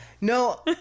no